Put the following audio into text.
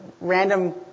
random